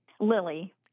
Lily